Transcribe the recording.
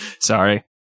Sorry